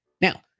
Now